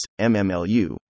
MMLU